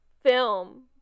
film